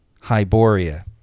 Hyboria